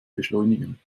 beschleunigen